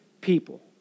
people